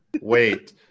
wait